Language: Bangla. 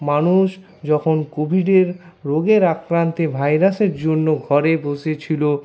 মানুষ যখন কোভিডের রোগে আক্রান্ত ভাইরাসের জন্য ঘরে বসেছিল